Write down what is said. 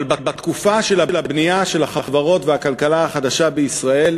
אבל התקופה של הבנייה של החברות ושל הכלכלה החדשה בישראל,